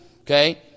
Okay